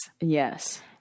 Yes